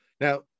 Now